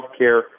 healthcare